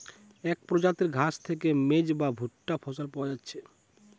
এক প্রজাতির ঘাস থিকে মেজ বা ভুট্টা ফসল পায়া যাচ্ছে